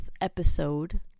episode